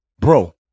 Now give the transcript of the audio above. bro